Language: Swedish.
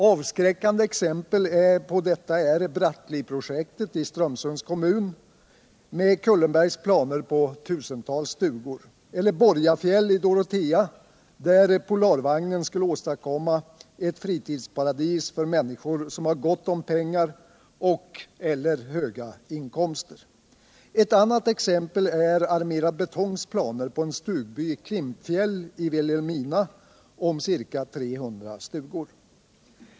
Avskräckande exempel på detta är Brattliprojektet i Strömsunds kommun med Kullenbergs planer på tusentals stugor, eller Borgafjäll i Dorotea där Polarvagnen skulle åstadkomma ett fritidsparadis för människor som har gott om pengar och/eller höga inkomster. Ett annat exempel är Armerad Betongs planer på en stugby i Klimpfjäll i Vilhelmina om ca 300 stugor.